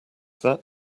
that